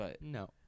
No